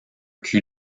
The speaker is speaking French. cul